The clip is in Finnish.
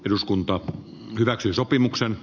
eduskunta hyväksyy sopimuksena